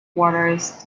waters